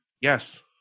yes